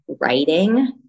writing